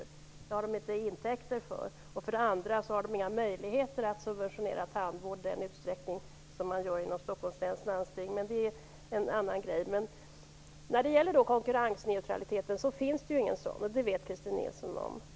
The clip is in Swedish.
Det har de inte intäkter för. För det andra har de inga möjligheter att subventionera tandvård i den utsträckning som sker inom Stockholms läns landsting. Det finns ingen konkurrensneutralitet. Det vet Christin Nilsson.